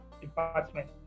department